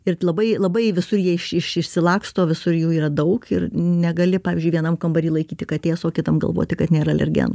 ir labai labai visur jie iš išsilaksto visur jų yra daug ir negali pavyzdžiui vienam kambary laikyti katės o kitam galvoti kad nėra alergenų